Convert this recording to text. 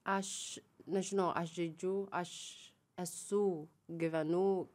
aš nežinau aš žaidžiu aš esu gyvenu